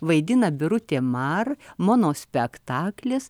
vaidina birutė mar monospektaklis